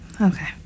Okay